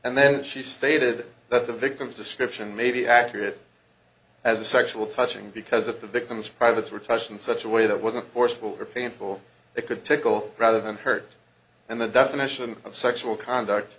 and then she stated that the victim's description may be accurate as a sexual touching because if the victim's privates were touched in such a way that wasn't forceful or painful it could take all rather than hurt and the definition of sexual conduct